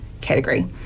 category